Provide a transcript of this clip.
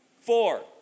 Four